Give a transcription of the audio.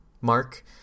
Mark